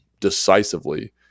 decisively